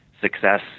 success